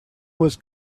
was